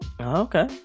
okay